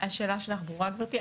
השאלה שלך ברורה גברתי.